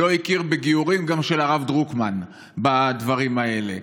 לא הכיר בגיורים גם של הרב דרוקמן בדברים האלה.